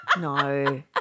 No